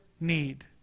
need